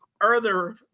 further